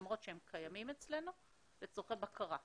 למרות שהם קיימים אצלנו לצורכי בקרה ואכיפה.